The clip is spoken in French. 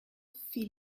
fit